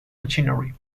machinery